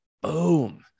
boom